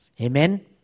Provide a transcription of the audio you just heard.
Amen